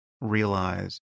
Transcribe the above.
realize